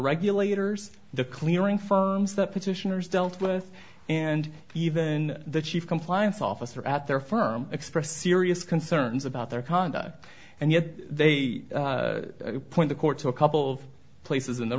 regulators the clearing firms that petitioners dealt with and even the chief compliance officer at their firm expressed serious concerns about their conduct and yet they point the court to a couple of places in the